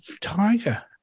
tiger